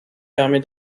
permet